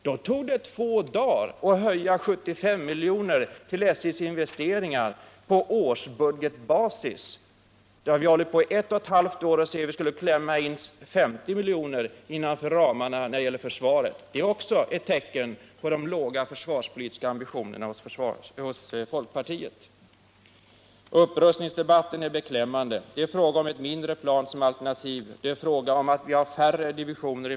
Då tog det alltså två dagar att höja anslaget till SJ:s investeringar på årsbudgetbasis med 75 miljoner. Men vi har hållit på i två och ett halvt år med att försöka klämma in 50 miljoner innanför ramarna när det gäller försvaret. Det är också ett tecken på de låga försvarspolitiska ambitionerna hos folkpartiet. Upprustningsdebatten är beklämmande. Det är fråga om ett mindre plan som alternativ, det är fråga om att vi har färre divisioner.